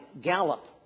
Gallup